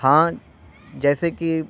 ہاں جیسے کہ